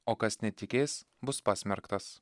o kas netikės bus pasmerktas